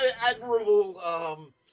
Admirable